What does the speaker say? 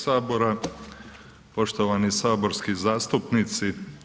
sabora, poštovani saborski zastupnici.